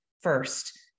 first